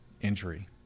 injury